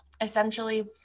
essentially